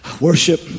Worship